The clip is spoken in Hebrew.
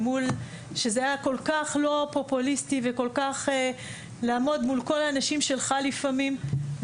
שזה היה כל כך לא פופוליסטי לעמוד מול כל האנשים שלך לפעמים,